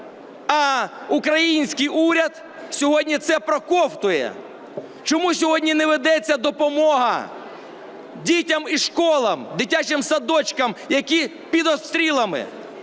а український уряд сьогодні це проковтує. Чому сьогодні не ведеться допомога дітям і школам, дитячим садочкам, які під обстрілами,